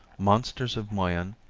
monsters of moyen,